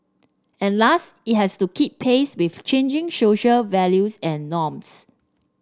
and last it has to keep pace with changing social values and norms